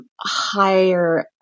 higher